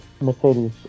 Mercedes